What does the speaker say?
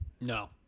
No